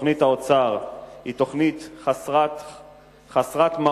תוכנית האוצר היא תוכנית חסרת מעוף,